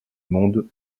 monde